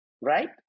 right